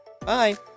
Bye